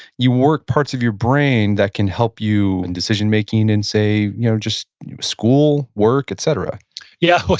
you work parts of your brain that can help you in decision-making and, say, you know just school, work, et cetera yeah.